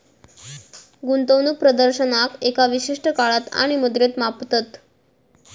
गुंतवणूक प्रदर्शनाक एका विशिष्ट काळात आणि मुद्रेत मापतत